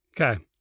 Okay